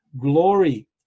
glory